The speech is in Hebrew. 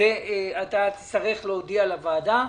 אתה תצטרך להודיע לוועדה.